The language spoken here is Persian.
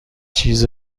چیز